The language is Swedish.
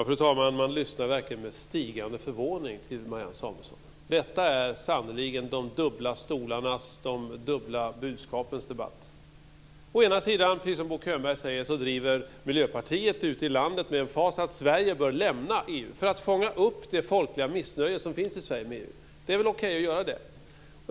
Fru talman! Man lyssnar verkligen med stigande förvåning till Marianne Samuelsson. Detta är sannerligen de dubbla stolarnas, de dubbla budskapens debatt. Å ena sidan driver, precis som Bo Könberg säger, Miljöpartiet ut i landet med emfas att Sverige bör lämna EU för att fånga upp det folkliga missnöje som finns i Sverige med EU. Det är väl okej att göra det.